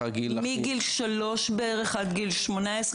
מגיל שלוש עד גיל 18,